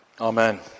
amen